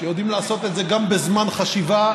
שיודעים לעשות את זה גם בזמן חשיבה,